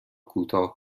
کوتاه